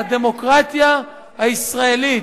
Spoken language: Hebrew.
אני דואג לדמוקרטיה הישראלית.